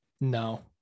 No